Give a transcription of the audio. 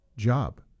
job